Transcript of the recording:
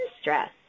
stress